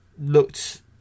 looked